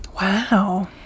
Wow